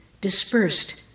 dispersed